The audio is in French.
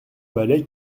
valet